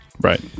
right